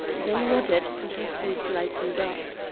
then nodded, and her face lighted up.